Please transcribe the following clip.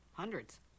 Hundreds